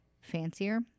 fancier